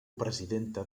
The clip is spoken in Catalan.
presidenta